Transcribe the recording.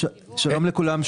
שלום לכולם.